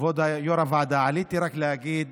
כבוד יו"ר הוועדה, עליתי רק להגיד